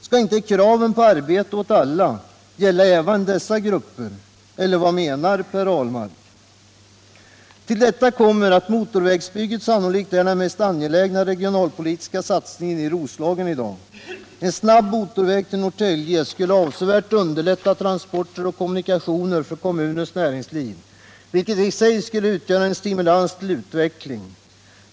Skall inte kraven på arbete åt alla gälla även dessa grupper, eller vad menar Per Ahlmark? Till detta kommer att motorvägsbygget sannolikt är den mest angelägna regionalpolitiska satsningen i Roslagen i dag. En snabb motorväg till Norrtälje skulle avsevärt underlätta transporter och kommunikationer för kommunens näringsliv, vilket i sig skulle utgöra en stimulans till utveckling.